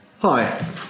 Hi